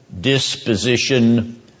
disposition